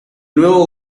nuevo